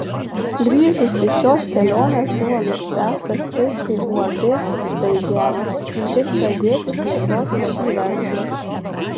grįžus iš šios kelionės buvo nuspręsta steigti uab daigelis ir pradėti plėtoti šį verslą